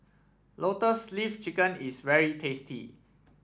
Lotus Leaf Chicken is very tasty